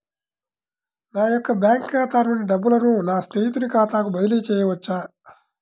నా యొక్క బ్యాంకు ఖాతా నుండి డబ్బులను నా స్నేహితుని ఖాతాకు బదిలీ చేయవచ్చా?